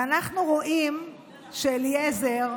ואנחנו רואים שאליעזר,